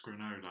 granola